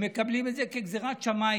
הם מקבלים את זה כגזרת שמיים.